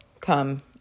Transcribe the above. come